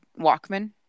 Walkman